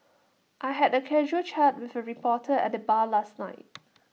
I had A casual chat with A reporter at the bar last night